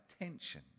attention